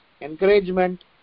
encouragement